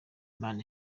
imana